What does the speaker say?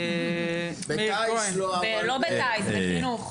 לא בטייס, בחינוך.